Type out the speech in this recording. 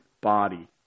body